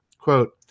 Quote